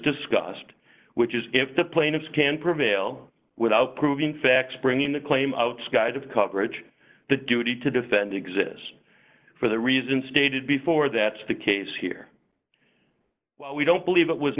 discussed which is if the plaintiffs can prevail without proving facts bringing the claim of skydive coverage the duty to defend exists for the reason stated before that's the case here we don't believe it was